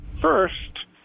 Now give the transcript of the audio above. first